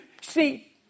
see